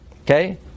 Okay